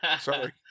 Sorry